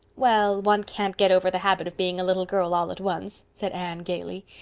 well, one can't get over the habit of being a little girl all at once, said anne gaily.